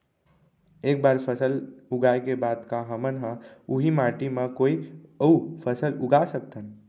एक बार फसल उगाए के बाद का हमन ह, उही माटी मा कोई अऊ फसल उगा सकथन?